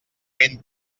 ben